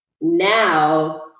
Now